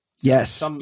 yes